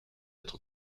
être